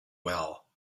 well